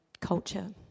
culture